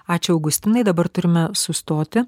ačiū augustinai dabar turime sustoti